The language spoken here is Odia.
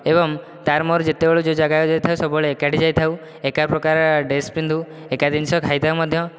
ଏବଂ ତା'ର ମୋ'ର ଯେତେବେଳେ ଯେଉଁ ଜାଗାକୁ ଯାଇଥାଉ ସବୁବେଳେ ଏକାଠି ଯାଇଥାଉ ଏକା ପ୍ରକାର ଡ୍ରେସ ପିନ୍ଧୁ ଏକା ଜିନିଷ ଖାଇଥାଉ ମଧ୍ୟ